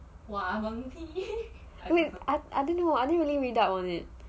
I don't know I didn't really read up on it